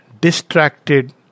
distracted